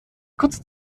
kurze